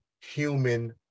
human